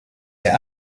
der